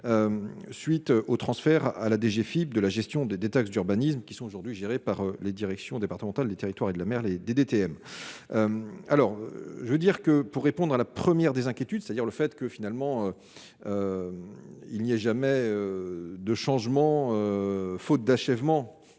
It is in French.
suite au transfert à la DGFIP de la gestion de détaxe d'urbanisme qui sont aujourd'hui je dirais par les directions départementales des territoires et de la mer, les DDTM, alors je veux dire que pour répondre à la première des inquiétudes, c'est-à-dire le fait que finalement il n'y a jamais de changement faute d'achèvement